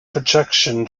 projection